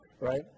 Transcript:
Right